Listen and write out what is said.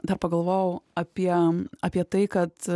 dar pagalvojau apie apie tai kad